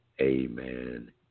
Amen